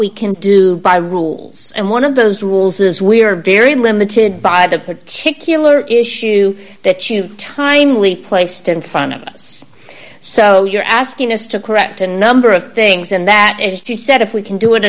we can do by rules and one of those rules is we are very limited by the particular issue that you timely placed in front of us so you're asking us to correct a number of things and that is she said if we can do it